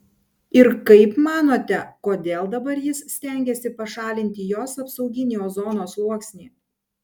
ir kaip manote kodėl dabar jis stengiasi pašalinti jos apsauginį ozono sluoksnį